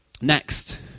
Next